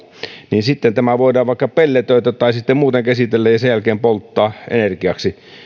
niin tämä voidaan vaikka pelletoida tai muuten käsitellä ja sen jälkeen polttaa energiaksi